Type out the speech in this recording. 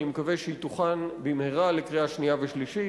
אני מקווה שהיא תוכן במהרה לקריאה שנייה ושלישית,